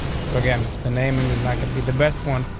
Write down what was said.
so again, the naming is not gonna be the best one.